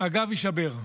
הגב יישבר.